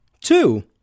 Two